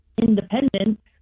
independent